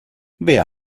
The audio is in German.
wer